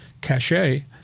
cachet